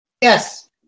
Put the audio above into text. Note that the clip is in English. Yes